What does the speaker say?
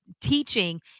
teaching